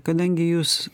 kadangi jūs